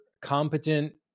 competent